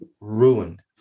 Ruined